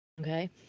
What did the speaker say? okay